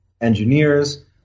engineers